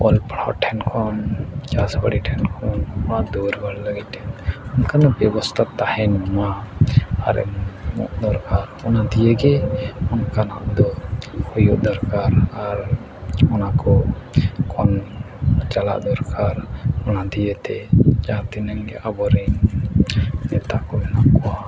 ᱚᱞ ᱯᱟᱲᱦᱟᱣ ᱴᱷᱮᱱ ᱠᱷᱚᱱ ᱪᱟᱹᱥ ᱵᱟᱲᱤ ᱴᱷᱮᱱ ᱠᱷᱚᱱ ᱚᱲᱟᱜ ᱫᱩᱭᱟᱹᱨ ᱜᱷᱚᱨ ᱵᱟᱹᱲᱤ ᱴᱷᱮᱱ ᱚᱱᱠᱟᱱᱟᱜ ᱵᱮᱵᱚᱥᱛᱷᱟ ᱛᱟᱦᱮᱱᱢᱟ ᱟᱨ ᱚᱱᱟ ᱫᱤᱭᱮ ᱜᱮ ᱚᱱᱠᱟᱱ ᱦᱚᱲ ᱫᱚ ᱦᱩᱭᱩᱜ ᱫᱚᱨᱠᱟᱨ ᱟᱨ ᱚᱱᱟ ᱠᱚ ᱠᱷᱚᱱ ᱪᱟᱞᱟᱜ ᱫᱚᱨᱠᱟᱨ ᱚᱱᱟ ᱫᱤᱭᱮᱛᱮ ᱡᱟᱦᱟᱸ ᱛᱤᱱᱟᱹᱜ ᱜᱮ ᱟᱵᱚ ᱨᱮᱱ ᱱᱮᱛᱟ ᱠᱚ ᱦᱮᱱᱟᱜ ᱠᱚᱣᱟ